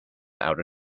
outer